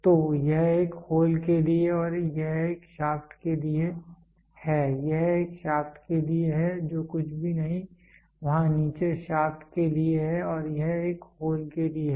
तो यह एक होल के लिए है और यह एक शाफ्ट के लिए है यह एक शाफ्ट के लिए है जो कुछ भी वहां नीचे शाफ्ट के लिए है और यह एक होल के लिए है